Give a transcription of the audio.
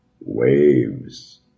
waves